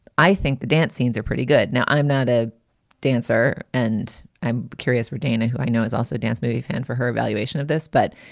i think the dance scenes are pretty good. now, i'm not a dancer and i'm curious for dana, who i know is also dance maybe. and for her evaluation of this. but,